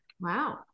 Wow